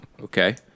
okay